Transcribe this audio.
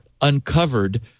uncovered